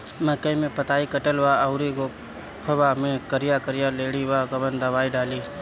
मकई में पतयी कटल बा अउरी गोफवा मैं करिया करिया लेढ़ी बा कवन दवाई डाली?